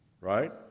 right